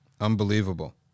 Unbelievable